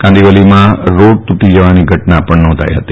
કાંદીવલીમાં road તૂટી પડવાની ઘટના પણ નોંધાઇ હતી